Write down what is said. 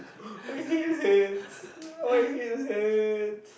my head hurts why hit head